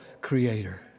Creator